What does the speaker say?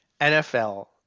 NFL